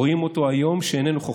רואים אותו היום שאיננו חוכמה,